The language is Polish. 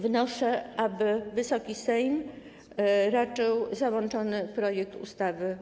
Wnoszę, aby Wysoki Sejm raczył uchwalić załączony projekt ustawy.